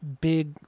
big